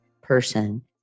person